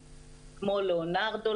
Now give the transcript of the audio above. למשל: לאונרדו